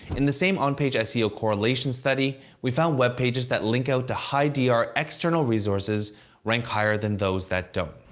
in the same on-page ah seo correlation study, we found web pages that link out to high-dr external resources rank higher than those that don't.